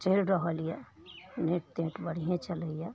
चलि रहल यऽ नेट तेट बढ़ियें चलयए